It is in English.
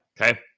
Okay